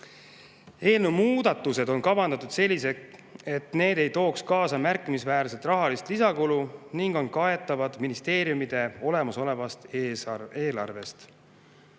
muudatused on kavandatud selliselt, et need ei tooks kaasa märkimisväärset rahalist lisakulu ning on kaetavad ministeeriumide olemasolevast eelarvest.